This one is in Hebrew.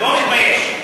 לא מתבייש.